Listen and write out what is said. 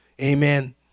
Amen